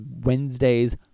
Wednesday's